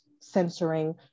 censoring